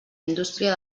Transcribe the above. indústria